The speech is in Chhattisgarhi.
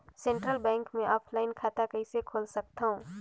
सेंट्रल बैंक मे ऑफलाइन खाता कइसे खोल सकथव?